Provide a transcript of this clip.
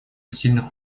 сильных